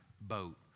boat